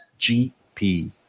SGP